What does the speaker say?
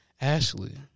Ashley